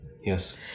Yes